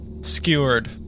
skewered